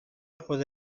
خود